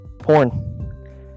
Porn